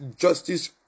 justice